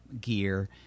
gear